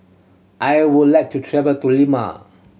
I would like to travel to Lima